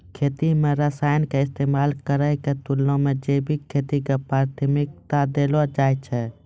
खेती मे रसायन के इस्तेमाल करै के तुलना मे जैविक खेती के प्राथमिकता देलो जाय छै